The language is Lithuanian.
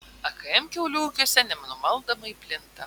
akm kiaulių ūkiuose nenumaldomai plinta